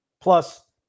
Plus